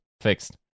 fixed